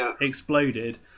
exploded